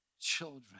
children